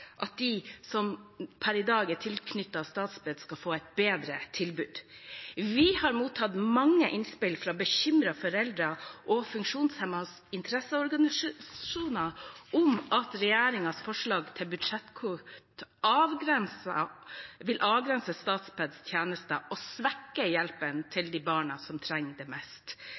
at de som per i dag er tilknyttet Statped, skal få et bedre tilbud. Vi har mottatt mange innspill fra bekymrede foreldre og funksjonshemmedes interesseorganisasjoner om at regjeringens forslag til budsjettkutt vil avgrense Statpeds tjenester og svekke hjelpen til de barna som trenger det mest.